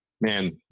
man